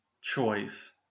choice